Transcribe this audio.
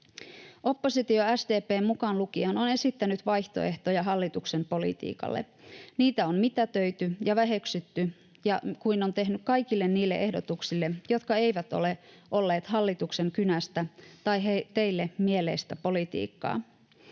Oppositio, SDP mukaan lukien, on esittänyt vaihtoehtoja hallituksen politiikalle. Niitä on mitätöity ja väheksytty, niin kuin on tehty kaikille niille ehdotuksille, jotka eivät ole olleet hallituksen kynästä tai teille mieleistä politiikkaa.